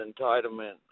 entitlement